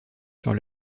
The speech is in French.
sur